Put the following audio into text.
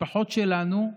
המשפחות שלנו,